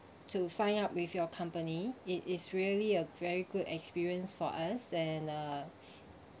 to sign up with your company it is really a very good experience for us and uh